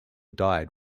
died